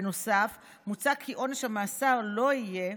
בנוסף, מוצע כי עונש המאסר לא יהיה,